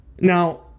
Now